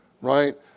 right